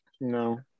No